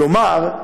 כלומר,